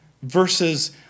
versus